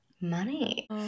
money